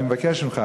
אני מבקש ממך,